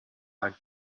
our